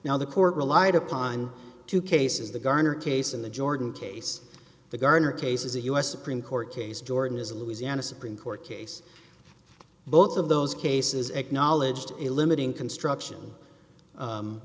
now the court relied upon two cases the garner case and the jordan case the garner cases a us supreme court case jordan is a louisiana supreme court case both of those cases acknowledged a limiting